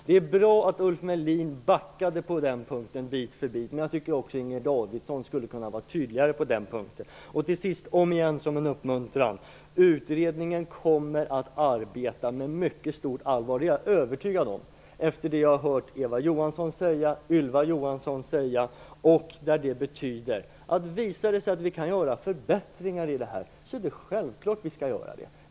Det är bra att Ulf Melin bit för bit backade på den punkten, men jag tycker att också Inger Davidson skulle kunna vara tydligare i det sammanhanget. Om igen, som en uppmuntran: Utredningen kommer att arbeta med mycket stort allvar. Det är jag övertygad om efter vad jag har hört Eva Johansson och Ylva Johansson säga. Visar det sig att vi kan göra förbättringar här, är det självklart att vi skall göra det.